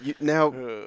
now